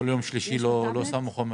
לא שמו את החומר.